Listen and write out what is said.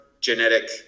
genetic